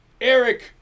Eric